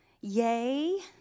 yay